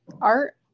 art